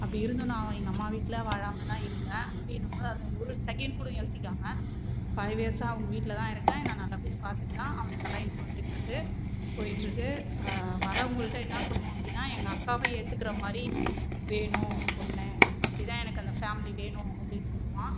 அப்படி இருந்தும் நான் எங்கள் அம்மா வீட்டில் வாழாமல் தான் இருக்க அப்படின்னும்போது அதை ஒரு செகென்ட் கூட யோசிக்காமல் ஃபைவ் இயர்ஸாக அவங்க வீட்டில் தான் இருக்க என்ன நல்லபடியாக பார்த்துக்குறான் அவனுக்கு அலைன்ஸ் வந்துகிட்ருக்கு போயிட்ருக்குது வரவங்கள்ட என்ன சொல்லுவோ அப்படினா எங்கள் அக்காவை ஏத்துக்குறமாதிரி வேணும் பொண்ணு அப்படிதான் எனக்கு அந்த ஃபேமிலி வேணும் அப்படின்னு சொல்லுவான்